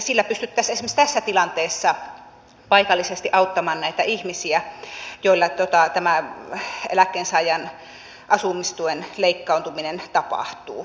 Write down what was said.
sillä pystyttäisiin esimerkiksi tässä tilanteessa paikallisesti auttamaan näitä ihmisiä joilla tämä eläkkeensaajan asumistuen leikkautuminen tapahtuu